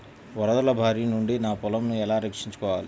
వరదల భారి నుండి నా పొలంను ఎలా రక్షించుకోవాలి?